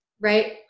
right